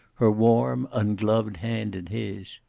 her warm ungloved hand in his.